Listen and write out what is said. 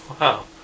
Wow